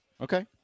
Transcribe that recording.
Okay